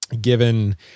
given